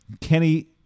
Kenny